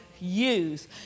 use